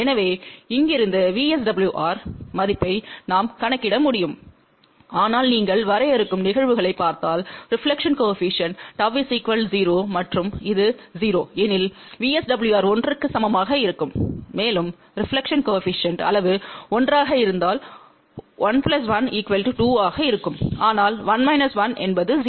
எனவே இங்கிருந்து VSWR மதிப்பை நாம் கணக்கிட முடியும் ஆனால் நீங்கள் வரையறுக்கும் நிகழ்வுகளைப் பார்த்தால் ரெபிலெக்ஷன் கோஏபிசிஎன்ட் Γ 0 மற்றும் இது 0 எனில் VSWR 1 க்கு சமமாக இருக்கும் மேலும் ரெபிலெக்ஷன் கோஏபிசிஎன்டின் அளவு 1 ஆக இருந்தால் 1 1 2 ஆக இருக்கும் ஆனால் 1 1 என்பது 0